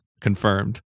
Confirmed